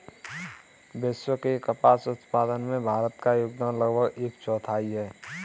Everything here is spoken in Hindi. विश्व के कपास उत्पादन में भारत का योगदान लगभग एक चौथाई है